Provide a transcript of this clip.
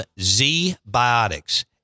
Z-Biotics